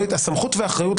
הסמכות והאחריות,